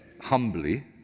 humbly